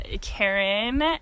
Karen